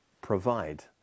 provide